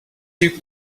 you